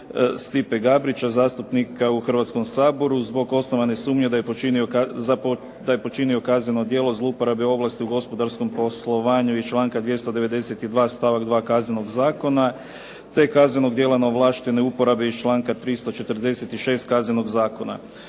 Stipe Gabrića, zastupnika u Hrvatskom saboru zbog osnovane sumnje da je počinio kazneno djelo zlouporabe ovlasti u gospodarskom poslovanju iz članka 292. stavak 2. Kaznenog zakona te kaznenog djela neovlaštene uporabe iz članka 346. Kaznenog zakona.